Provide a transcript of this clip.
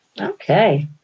Okay